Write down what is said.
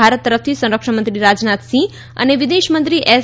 ભારત તરફથી સંરક્ષણમંત્રી રાજનાથસિંહ અને વિદેશમંત્રી એસ